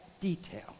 detail